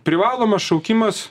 privalomas šaukimas